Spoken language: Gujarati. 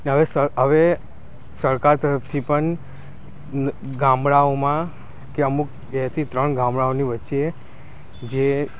હવે સરકાર તરફથી પણ ગામડાઓમાં કે અમુક બે થી ત્રણ ગામડાંઓની વચ્ચે જે